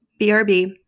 BRB